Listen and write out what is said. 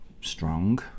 Strong